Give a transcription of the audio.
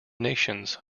nations